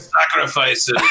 sacrifices